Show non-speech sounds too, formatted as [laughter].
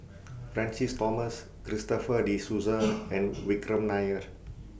Francis Thomas Christopher De Souza [noise] and Vikram Nair